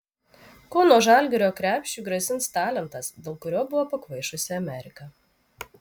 kauno žalgirio krepšiui grasins talentas dėl kurio buvo pakvaišusi amerika